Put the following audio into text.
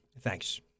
Thanks